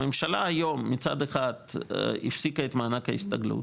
הממשלה היום מצד אחד הפסיקה את מענק ההסתגלות,